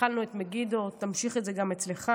התחלנו את מגידו, תמשיך את זה גם אצלך.